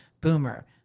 BOOMER